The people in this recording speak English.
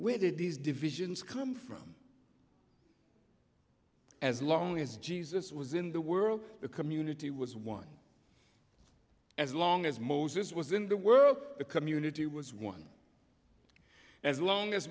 where did these divisions come from as long as jesus was in the world the community was one as long as moses was in the world the community was one as long as